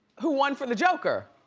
who won from, the joker.